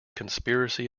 conspiracy